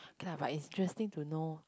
okay but it's interesting to know